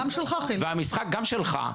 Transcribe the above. גם המשחק שלך,